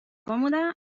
còmoda